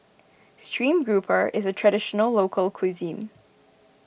Stream Grouper is a Traditional Local Cuisine